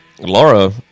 Laura